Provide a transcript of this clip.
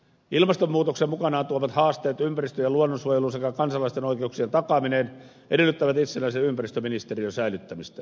ilmastonmuutoksen mukanaan tuomat haasteet ympäristön ja luonnonsuojelu sekä kansalaisten oikeuksien takaaminen edellyttävät itsenäisen ympäristöministeriön säilyttämistä